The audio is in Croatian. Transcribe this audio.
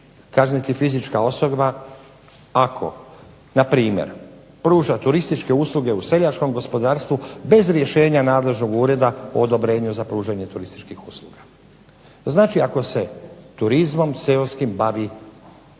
kazniti fizička osoba ako na primjer pruža turističke usluge u seljačkom gospodarstvu bez rješenje nadležnog Ureda o odobrenju za pružanje turističkih usluga. To znači ako se turizmom seoskim bavi bez